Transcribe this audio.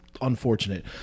unfortunate